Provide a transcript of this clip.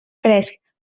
fresc